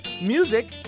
music